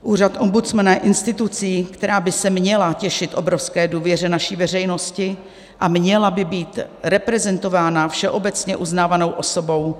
Úřad ombudsmana je institucí, která by se měla těšit obrovské důvěře naší veřejnosti a měla by být reprezentována všeobecně uznávanou osobou.